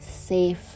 safe